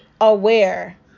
aware